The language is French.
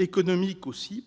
Économique,